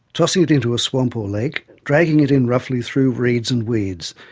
tossing it into a swamp or a lake, dragging it in roughly through reeds and weeds.